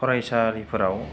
फरायसालिफोराव